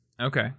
Okay